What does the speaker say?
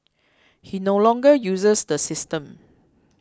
he no longer uses the system